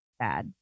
bad